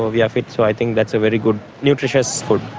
ah yeah fit so i think that's a very good nutritious food.